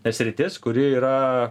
sritis kuri yra